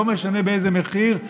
לא משנה באיזה מחיר,